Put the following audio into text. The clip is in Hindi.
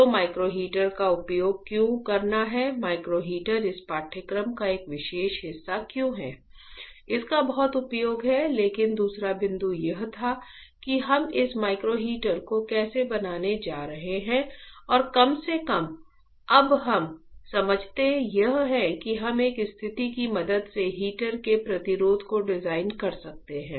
तो माइक्रो हीटर का उपयोग क्यों करना है माइक्रो हीटर इस पाठ्यक्रम का एक हिस्सा क्यों है इसका बहुत उपयोग है लेकिन दूसरा बिंदु यह था कि हम इस माइक्रो हीटर को कैसे बनाने जा रहे हैं और कम से कम अब हम समझते हैं यह है कि हम एक स्थिति की मदद से हीटर के प्रतिरोध को डिजाइन कर सकते हैं